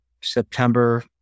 September